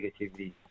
negativity